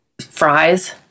fries